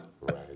Right